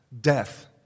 death